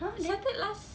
!huh! then